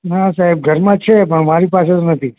ના સાહેબ ઘરમાં જ છે પણ મારી પાસે તો નથી